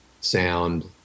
sound